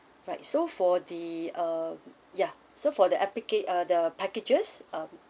right so for the uh ya so for the applica~ uh the packages um